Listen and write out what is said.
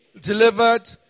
delivered